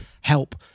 help